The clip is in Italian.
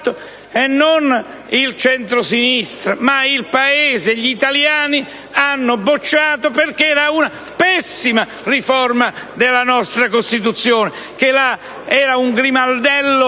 non il centrosinistra, ma il Paese e gli italiani hanno bocciato, perché era un pessima riforma della nostra Costituzione. Era un grimaldello